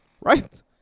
right